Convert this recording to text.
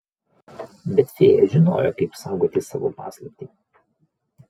bet fėja žinojo kaip saugoti savo paslaptį